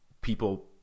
people